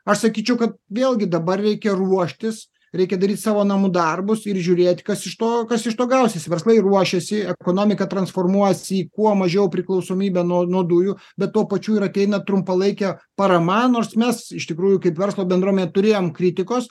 aš sakyčiau kad vėlgi dabar reikia ruoštis reikia daryt savo namų darbus ir žiūrėti kas iš to kas iš to gausis verslai ruošiasi ekonomika transformuojasi į kuo mažiau priklausomybę nuo nuo dujų bet tuo pačiu ir ateina trumpalaikė parama nors mes iš tikrųjų kaip verslo bendruomenė turėjom kritikos